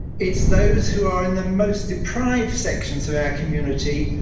it's those who are in the most deprived sections of our community,